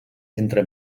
entre